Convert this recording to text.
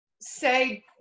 say